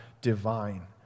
divine